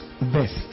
best